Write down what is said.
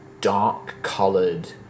dark-coloured